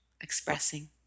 expressing